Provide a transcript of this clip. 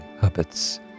habits